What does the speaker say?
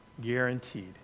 guaranteed